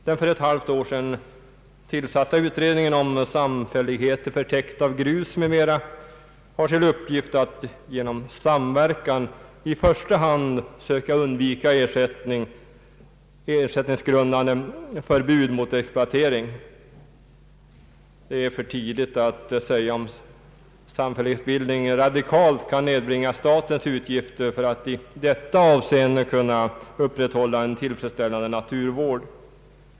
Den för ett halvt år sedan tillsatta utredningen om samfälligheter för täkt av grus m.m. har till uppgift att genom samverkan i första hand söka undvika ersättningsgrundande förbud mot exploatering. Det är för tidigt att säga om samfällighetsbildning radikalt kan nedbringa statens utgifter för att i detta avseende kunna upprätthålla en tillfredsställande naturvård.